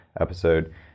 episode